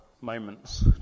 moments